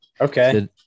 Okay